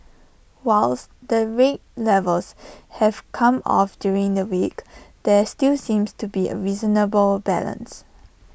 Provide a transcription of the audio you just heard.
whilst the rate levels have come off during the week there still seems to be A reasonable balance